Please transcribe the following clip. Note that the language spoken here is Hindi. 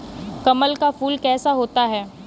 कमल का फूल कैसा होता है?